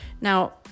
Now